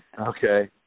Okay